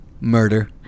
Murder